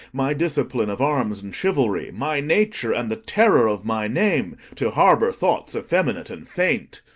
my discipline of arms and chivalry, my nature, and the terror of my name, to harbour thoughts effeminate and faint!